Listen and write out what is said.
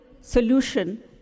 solution